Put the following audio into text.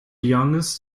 youngest